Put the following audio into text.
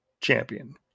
champion